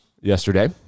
Yesterday